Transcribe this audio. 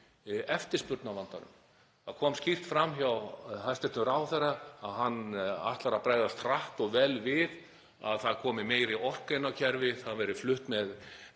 eftirspurnarvandanum? Það kom skýrt fram hjá hæstv. ráðherra að hann ætlar að bregðast hratt og vel við, það komi meiri orka inn á kerfið, hún verði flutt með